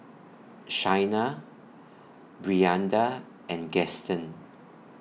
Shaina Brianda and Gaston